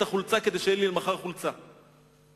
החולצה כדי שתהיה לי למחרת חולצה נקייה.